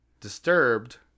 Disturbed